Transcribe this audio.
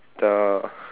the